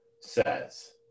says